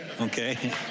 okay